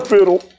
Fiddle